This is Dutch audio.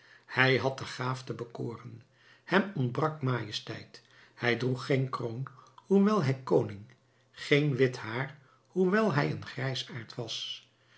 hij had de gaaf te bekoren hem ontbrak majesteit hij droeg geen kroon hoewel hij koning geen wit haar hoewel hij een grijsaard was